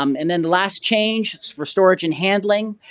um and then the last change for storage and handling.